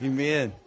Amen